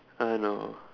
uh no